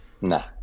Nah